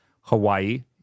Hawaii